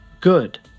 Good